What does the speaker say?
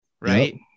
right